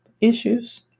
issues